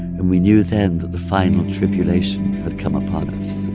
and we knew then that the final tribulation had come upon us